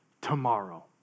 tomorrow